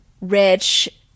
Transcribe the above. rich